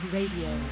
Radio